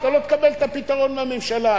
אתה לא תקבל את הפתרון מהממשלה.